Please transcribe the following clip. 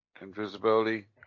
invisibility